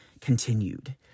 continued